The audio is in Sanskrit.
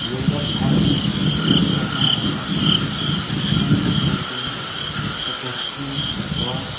योगभ्यासकरणानन्तरम् अहं सम्यक् रूपेण प्रकोष्ठं गत्वा